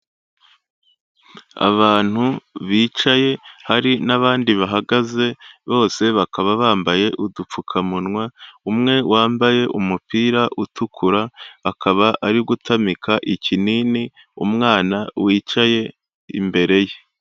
Abantu bicaye hari n'abandi bahagaze bose bakaba bambaye udupfukamunwa, umwe wambaye umupira utukura akaba ari gutamika ikinini umwana wicaye imbere ye.